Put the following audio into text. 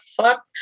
fuck